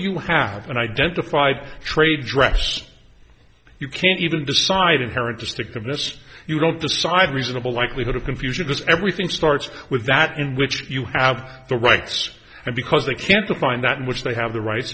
you have identified trade dress you can't even decide inherent to stick of this you don't decide reasonable likelihood of confusion this everything starts with that in which you have the rights and because they can to find that in which they have the right